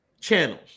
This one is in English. Channels